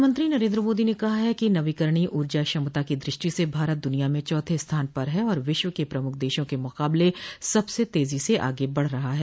प्रधानमंत्री नरेन्द्र मोदी ने कहा है कि नवीकरणीय ऊर्जा क्षमता की दृष्टि से भारत दुनिया में चौथे स्थान पर है और विश्व के प्रमुख देशों के मुकाबले सबसे तेजी से आगे बढ रहा है